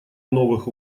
новых